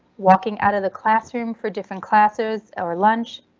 walking out of the classroom for different classes or lunch,